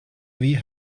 wie